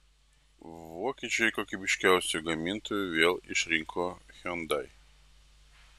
vokiečiai kokybiškiausiu gamintoju vėl išrinko hyundai